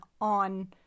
on